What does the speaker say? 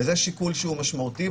וזה שיקול משמעותי.